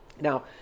Now